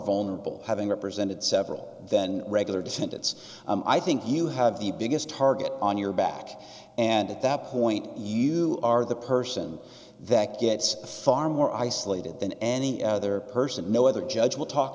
vulnerable having represented several than regular descendants i think you have the biggest target on your back and at that point you are the person that gets far more isolated than any other person no other judge will talk